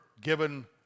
given